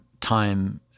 time